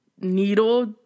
needle